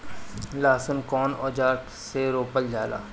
लहसुन कउन औजार से रोपल जाला?